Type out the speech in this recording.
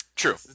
True